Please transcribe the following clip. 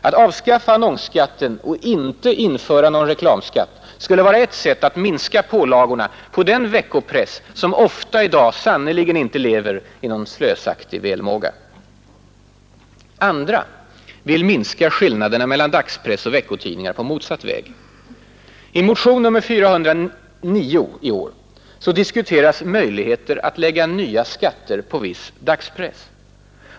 Att avskaffa annonsskatten och inte införa någon reklamskatt skulle vara ett sätt att minska pålagorna på den veckopress som ofta i dag sannerligen inte lever i någon slösaktig välmåga. Andra vill minska skillnaderna mellan dagspress och veckotidningar på motsatt väg. I motionen 409 i år diskuteras möjligheter att lägga nya skatter på viss dagspress.